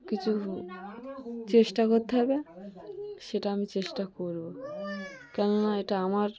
কিছু চেষ্টা করতে হবে সেটা আমি চেষ্টা করব কেননা এটা আমার